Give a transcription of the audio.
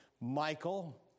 Michael